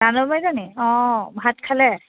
বাইদেউ অঁ ভাত খালে